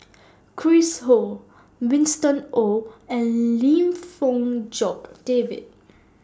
Chris Ho Winston Oh and Lim Fong Jock David